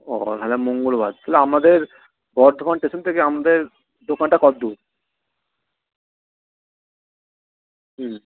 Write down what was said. ও তাহলে মঙ্গলবার তাহলে আমাদের বর্ধমান স্টেশন থেকে আপনাদের দোকানটা কতদূর হুম